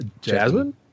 Jasmine